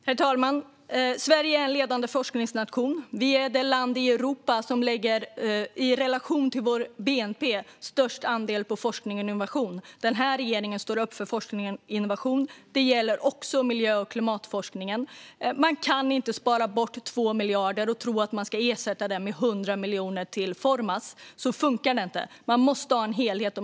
Herr talman! Sverige är en ledande forskningsnation. Vi är det land i Europa som i relation till bnp lägger störst andel på forskning och innovation. Den här regeringen står upp för forskning och innovation, och det gäller även miljö och klimatforskningen. Man kan inte ta bort 2 bort miljarder och tro att man kan ersätta dem med 100 miljoner till Formas. Så funkar det inte, utan man måste ha en helhet.